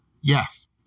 Yes